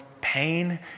pain